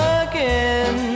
again